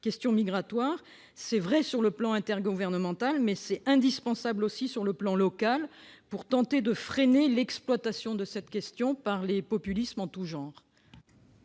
question migratoire : c'est vrai sur le plan intergouvernemental, mais c'est indispensable aussi sur le plan local, pour tenter de freiner l'exploitation de cette question par les populismes en tous genres.